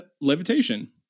levitation